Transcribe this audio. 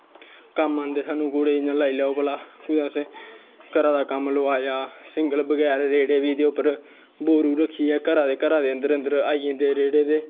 कम्म औंदे घोड़े जि'यां लाई लाओ भला घरै दा कम्म लोआया रेह्ड़े बी इं'दे पर बोरू रक्खियै घरा दे अन्दर अन्दर आई जंदे रेह्ड़े ते